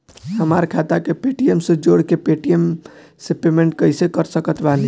हमार खाता के पेटीएम से जोड़ के पेटीएम से पेमेंट कइसे कर सकत बानी?